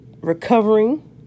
recovering